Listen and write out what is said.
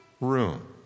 room